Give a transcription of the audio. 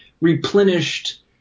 replenished